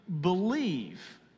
believe